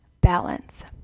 balance